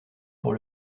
pour